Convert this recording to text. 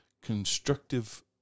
constructive